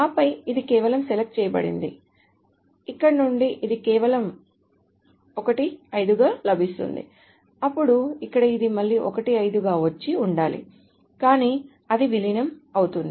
ఆపై ఇది కేవలం సెలెక్ట్ చేయబడింది ఇక్కడ నుండి ఇది కేవలం 1 5 గా లభిస్తుంది అప్పుడు ఇక్కడ ఇది మళ్ళీ 1 5 గా వచ్చి ఉండాలి కానీ అది విలీనం అవుతుంది